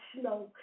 snow